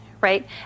right